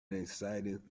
excited